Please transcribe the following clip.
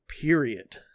period